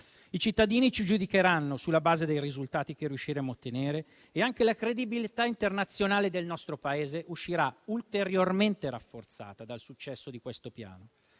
I cittadini ci giudicheranno sulla base dei risultati che riusciremo ad ottenere e anche la credibilità internazionale del nostro Paese uscirà ulteriormente rafforzata dal successo di questo Piano.